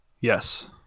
Yes